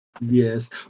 Yes